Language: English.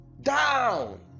down